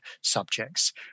subjects